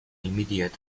immediate